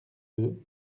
deux